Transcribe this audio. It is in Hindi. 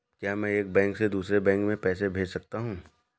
क्या मैं एक बैंक से दूसरे बैंक में पैसे भेज सकता हूँ?